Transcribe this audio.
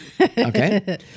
Okay